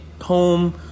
home